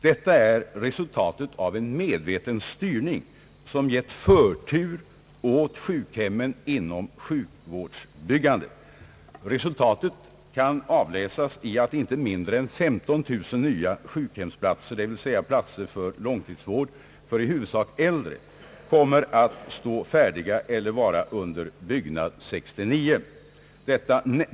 Detta är resultatet av en medveten styrning, som givit förtur åt sjukhemmen inom sjukvårdsbyggandet. Resultatet kan avläsas i att inte mindre än 15000 nya sjukhemsplatser, dvs. platser för långtidsvård för i huvudsak äldre kommer att stå färdiga eller vara under byggnad 1969.